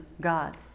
God